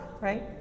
right